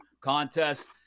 contests